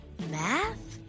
math